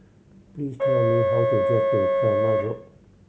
please tell me how to get to Kramat Road